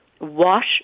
wash